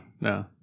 no